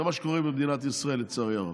זה מה שקורה במדינת ישראל, לצערי הרב.